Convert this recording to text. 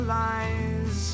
lies